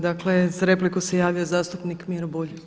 Dakle za repliku se javio zastupnik Miro Bulj.